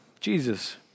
Jesus